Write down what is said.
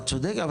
את צודקת,